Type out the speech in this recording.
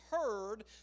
heard